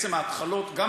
בעצם ההתחלות שלהם,